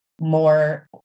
more